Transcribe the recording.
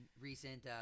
recent